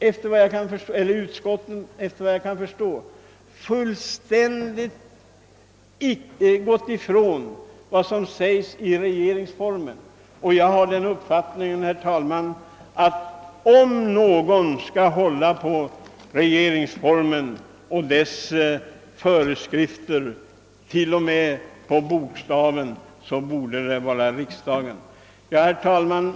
Efter vad jag kan förstå har utskottet fullständigt gått ifrån vad som sägs i regeringsformen, och jag har den uppfattningen, herr talman, att om någon skall följa regeringsformen och dess föreskrifter till punkt och pricka så borde det vara riksdagen. Herr talman!